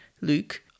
Luke